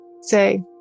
say